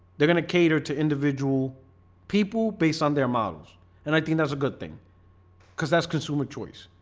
they're gonna cater to individual people based on their models and i think that's a good thing because that's consumer choice.